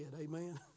amen